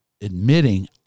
admitting